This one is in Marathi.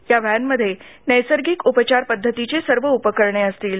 या व्हाजिध्ये नैसर्गिक उपचार पद्धतीची सर्व उपकरणे असतील